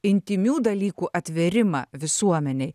intymių dalykų atvėrimą visuomenei